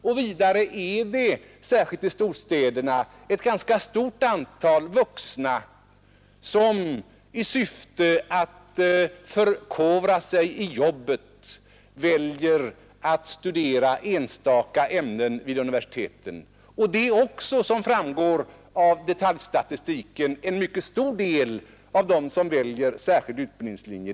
Dessutom är det, särskilt i storstäderna, ett ganska stort antal vuxna som i syfte att förkovra sig i arbetet väljer att studera enstaka ämnen vid universiteten. De utgör, vilket framgår av detaljstatistiken, också en mycket stor del av dem som väljer särskild utbildningslinje.